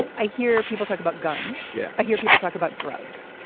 i hear people talk about guns. yeah i hear people talk about drugs.